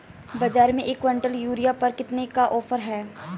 बाज़ार में एक किवंटल यूरिया पर कितने का ऑफ़र है?